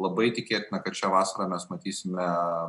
labai tikėtina kad šią vasarą mes matysime